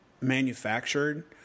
manufactured